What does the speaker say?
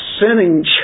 sinning